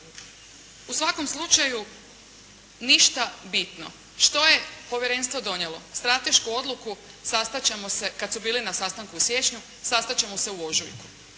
U svakom slučaju, ništa bitno. Što je povjerenstvo donijelo? Stratešku odluku sastat ćemo se, kad su bili na sastanku u siječnju "sastat ćemo se u ožujku".